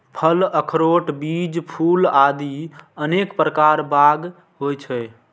फल, अखरोट, बीज, फूल आदि अनेक प्रकार बाग होइ छै